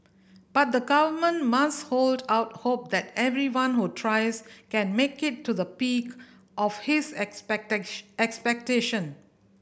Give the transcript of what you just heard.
but the Government must hold out hope that everyone who tries can make it to the peak of his expect expectation